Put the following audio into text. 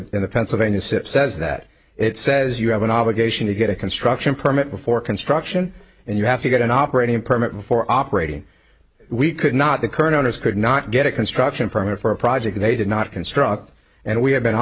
the in the pennsylvania sipp says that it says you have an obligation to get a construction permit before construction and you have to get an operating permit before operating we could not the current owners could not get a construction permit for a project they did not construct and we have been